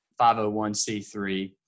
501c3